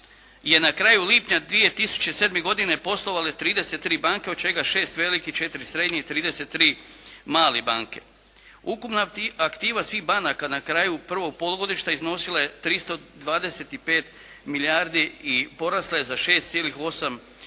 je na kraju lipnja 2007. godine poslovale 33 banke od čega 6 velikih, 4 srednje i 33 male banke. Ukupna aktiva svih banaka na kraju prvog polugodišta iznosila je 325 milijardi i porasla je za 6,8%